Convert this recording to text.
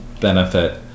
benefit